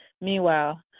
Meanwhile